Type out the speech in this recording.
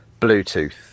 Bluetooth